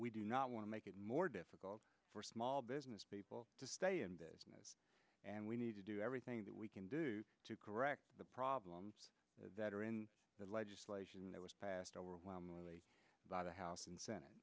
we do not want to make it more difficult for small business people to stay in business and we need to do everything that we can do to correct the problems that are in the legislation that was passed overwhelmingly lot of house and senate